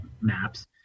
maps